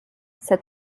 said